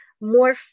more